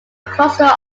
cluster